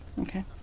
okay